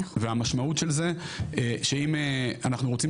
והמשמעות של זה היא שאם אנחנו רוצים